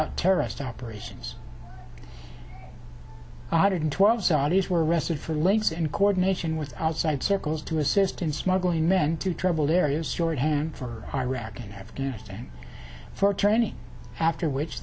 out terrorist operations i did and twelve saudis were arrested for links in coordination with outside circles to assist in smuggling men to troubled areas shorthand for iraq and afghanistan for turning after which